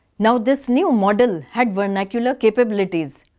now this new model had vernacular capabilities.